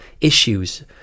issues